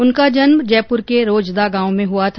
उनका जन्म जयपुर के रोजदा गांव में हुआ था